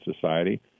society